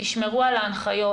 תשמרו על ההנחיות,